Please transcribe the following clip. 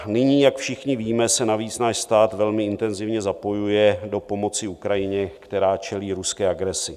Nyní, jak všichni víme, se navíc náš stát velmi intenzivně zapojuje do pomoci Ukrajině, která čelí ruské agresi.